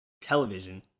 television